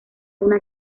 una